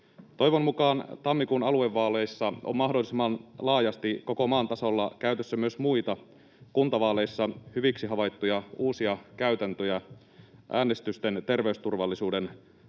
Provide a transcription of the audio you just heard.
Toivon mukaan tammikuun aluevaaleissa on mahdollisimman laajasti koko maan tasolla käytössä myös muita kuntavaaleissa hyviksi havaittuja uusia käytäntöjä äänestysten terveysturvallisuuden